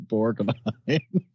Borgnine